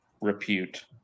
repute